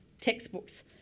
textbooks